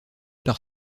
par